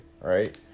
right